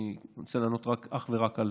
אני רוצה לענות אך ורק על